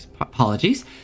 apologies